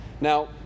Now